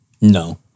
No